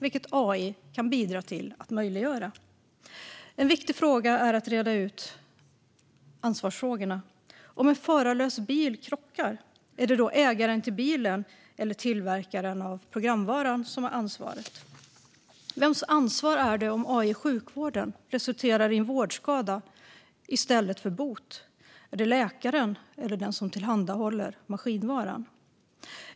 Detta kan AI bidra till att möjliggöra. En viktig fråga att reda ut handlar om ansvaret. Om en förarlös bil krockar, är det då ägaren till bilen eller tillverkaren av programvaran som har ansvaret? Vems ansvar är det om AI i sjukvården resulterar i en vårdskada i stället för bot? Är det läkaren eller den som tillhandahåller maskinvaran?